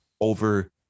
over